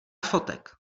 fotek